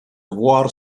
voir